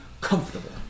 comfortable